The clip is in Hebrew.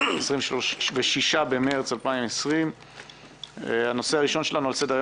26 במרץ 2020. הנושא הראשון שלנו על סדר-היום